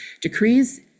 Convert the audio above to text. decrees